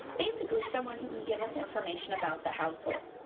basically someone who can give us information about the households.